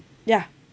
ya